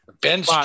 Ben's